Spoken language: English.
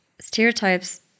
stereotypes